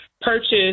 purchase